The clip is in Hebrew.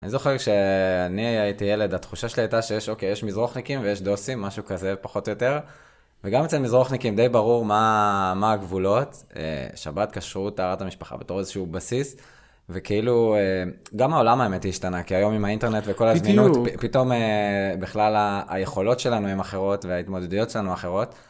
אני זוכר כשאני הייתי ילד, התחושה שלי הייתה שיש אוקיי, יש מזרוחניקים ויש דוסים, משהו כזה, פחות או יותר, וגם אצל מזרוחניקים די ברור מה הגבולות, שבת, כשרות, טהרת המשפחה, בתור איזשהו בסיס, וכאילו גם העולם האמת היא השתנה, כי היום עם האינטרנט וכל הזמינות, פתאום בכלל היכולות שלנו הם אחרות וההתמודדויות שלנו אחרות.